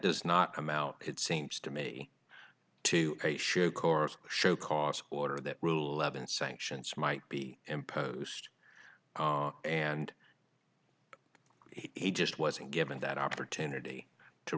does not come out it seems to me to a sure course show cause order that rule eleven sanctions might be imposed and he just wasn't given that opportunity to